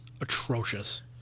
atrocious